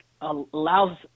allows